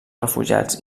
refugiats